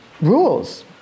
rules